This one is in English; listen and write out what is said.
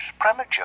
premature